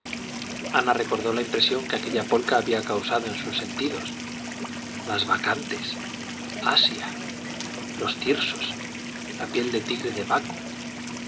ana recordó la impresión que aquella polka había causado en sus sentidos las bacantes asia los tirsos la piel de tigre de baco